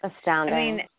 astounding